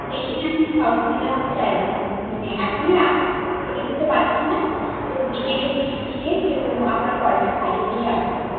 সেই জন্যে অসুবিধা হচ্ছে আর কি মানে এখনই করে দিতে পারছি না তো বিকেলের দিকে গিয়ে কেউ আপনার কলটা সারিয়ে দিয়ে আসবে